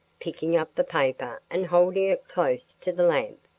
picking up the paper and holding it close to the lamp.